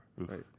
right